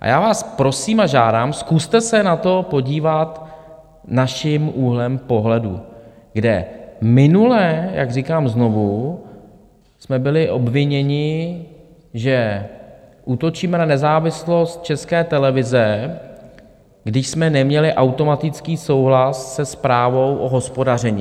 A já vás prosím a žádám, zkuste se na to podívat naším úhlem pohledu, kde minule, jak říkám znovu, jsme byli obviněni, že útočíme na nezávislost České televize, když jsme neměli automatický souhlas se zprávou o hospodaření.